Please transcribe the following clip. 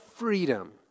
freedom